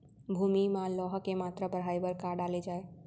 भूमि मा लौह के मात्रा बढ़ाये बर का डाले जाये?